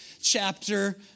chapter